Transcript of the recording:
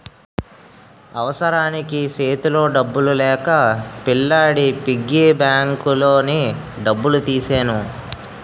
అవసరానికి సేతిలో డబ్బులు లేక పిల్లాడి పిగ్గీ బ్యాంకులోని డబ్బులు తీసెను